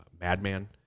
madman